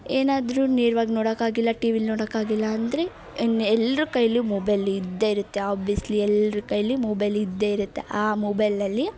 ಏನಾದರೂ ನೇರ್ವಾಗಿ ನೋಡೋಕ್ಕಾಗಿಲ್ಲ ಟಿ ವಿಲಿ ನೋಡೋಕ್ಕಾಗಿಲ್ಲ ಅಂದರೆ ಇನ್ನು ಎಲ್ರ ಕೈಲೂ ಮೊಬೈಲು ಇದ್ದೇ ಇರುತ್ತೆ ಆಬಿಯಸ್ಲಿ ಎಲ್ರ ಕೈಲಿ ಮೊಬೈಲ್ ಇದ್ದೇ ಇರುತ್ತೆ ಆ ಮೊಬೈಲಲ್ಲಿ